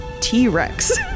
T-Rex